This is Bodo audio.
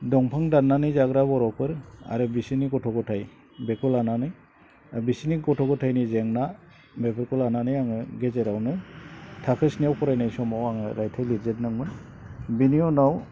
दंफां दाननानै जाग्रा बर'फोर आरो बिसोरनि गथ' गथाय बेखौ लानानै बिसोरनि गथ' गथायनि जेंना बेफोरखौ लानानै आङो गेजेरावनो थाखो स्निआव फरायनाय समाव आङो रायथाइ लिरजेनदोंमोन बेनि उनाव